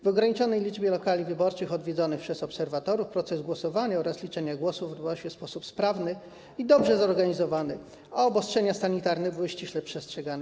W ograniczonej liczbie lokali wyborczych odwiedzanych przez obserwatorów proces głosowania oraz liczenia głosów odbywał się w sposób sprawny i dobrze zorganizowany, a obostrzenia sanitarne były ściśle przestrzegane.